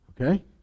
Okay